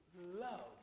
love